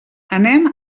anem